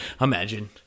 Imagine